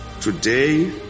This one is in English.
Today